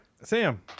Sam